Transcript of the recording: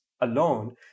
alone